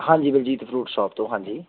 ਹਾਂਜੀ Baljit fruit shop ਤੋਂ ਹਾਂਜੀ